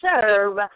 serve